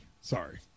Sorry